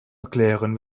erklären